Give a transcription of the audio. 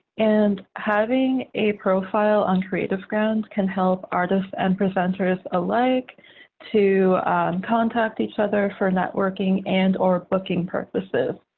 and having a profile on creativeground can help artists and presenters alike to contact each other for networking and or booking purposes.